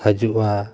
ᱦᱤᱡᱩᱜᱼᱟ